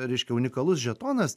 reiškia unikalus žetonas